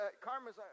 karma's